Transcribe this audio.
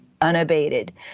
Unabated